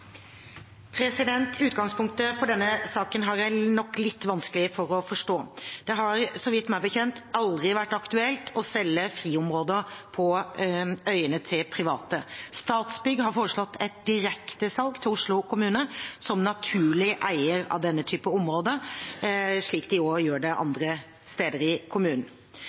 våre. Utgangspunktet for denne saken har jeg litt vanskelig for å forstå. Det har så vidt meg bekjent aldri vært aktuelt å selge friområder på øyene til private. Statsbygg har foreslått et direktesalg til Oslo kommune, som naturlig eier av denne typen områder også andre steder i kommunen.